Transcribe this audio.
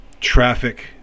traffic